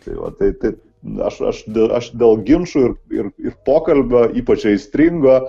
tai vat tai tai aš dėl aš dėl ginčų ir ir ir pokalbio ypač aistringo